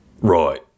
Right